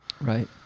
Right